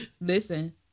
Listen